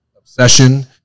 obsession